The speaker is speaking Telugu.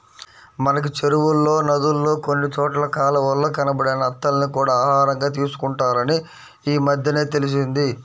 మనకి చెరువుల్లో, నదుల్లో కొన్ని చోట్ల కాలవల్లో కనబడే నత్తల్ని కూడా ఆహారంగా తీసుకుంటారని ఈమద్దెనే తెలిసింది